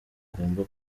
hagomba